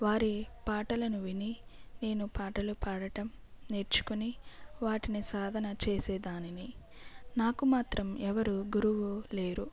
వారి పాటలను విని నేను పాటలు పాడటం నేర్చుకొని వాటిని సాధన చేసేదానిని నాకు మాత్రం ఎవరు గురువు లేరు